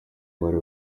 bari